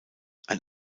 ein